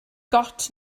gôt